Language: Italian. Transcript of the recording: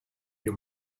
più